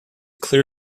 clear